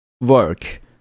work